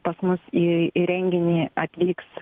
pas mus į į renginį atvyks